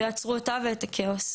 ושיעצרו אותה ואת הכאוס.